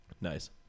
Nice